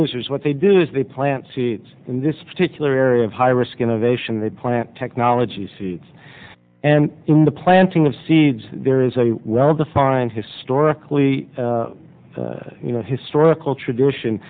losers what they do is they plant seeds in this particular area of high risk innovation they plant technologies and in the planting of seeds there is a well defined historically you know historical tradition